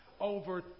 over